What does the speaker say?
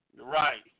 right